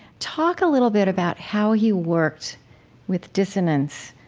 talk a little bit about how he worked with dissonance